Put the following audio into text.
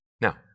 Now